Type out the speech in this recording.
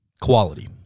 Quality